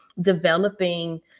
developing